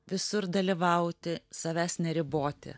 visur dalyvauti savęs neriboti